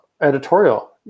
editorial